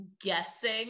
guessing